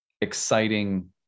exciting